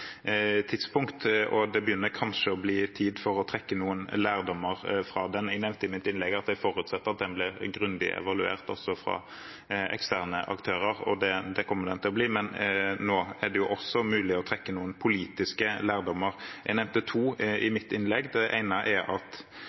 Det begynner kanskje å bli tid for å trekke noen lærdommer av den. Jeg nevnte i mitt innlegg at jeg forutsetter at den blir grundig evaluert også av eksterne aktører, og det kommer den til å bli, men nå er det jo også mulig å trekke noen politiske lærdommer. Jeg nevnte to i mitt innlegg. Det ene er at